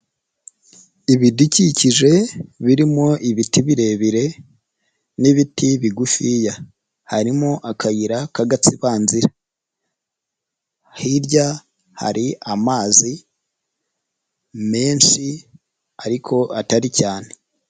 Ibidukikije birimo ibiti birebire n'ibiti bigufiya harimo akayira k'agatsibanzira, hirya hari amazi menshi ariko atari cyane.